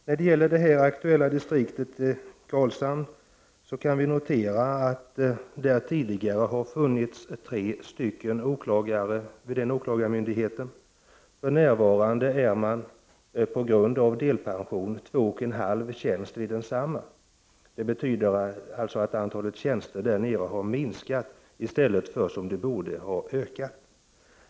När det gäller åklagarmyndigheten i det aktuella distriktet, Karlshamn, kan vi notera att det tidigare har funnits tre åklagare där. För närvarande finns det, på grund av delpension, två och en halv tjänst vid åklagarmyndig heten. Det betyder således att antalet tjänster har minskat. Det borde i stället ha ökat.